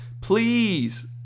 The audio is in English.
please